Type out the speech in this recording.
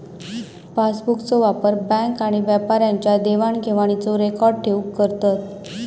पासबुकचो वापर बॅन्क आणि व्यापाऱ्यांच्या देवाण घेवाणीचो रेकॉर्ड ठेऊक करतत